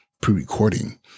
pre-recording